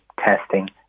testing